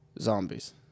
zombies